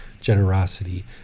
generosity